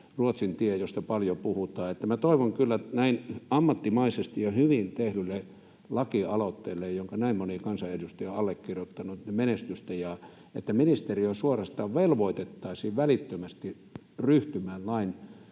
Ruotsin tie, josta paljon puhutaan. Minä toivon kyllä menestystä näin ammattimaisesti ja hyvin tehdylle lakialoitteelle, jonka näin moni kansanedustaja on allekirjoittanut, ja toivon, että ministeriö suorastaan velvoitettaisiin välittömästi ryhtymään lain